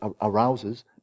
arouses